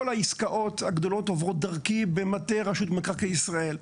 כל העסקאות הגדולות עוברות דרכי במטה רשות מקרקעי ישראל.